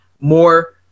more